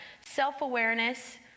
self-awareness